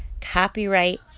copyright